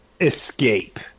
escape